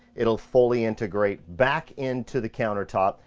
it'll fully integrate back into the countertop.